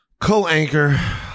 co-anchor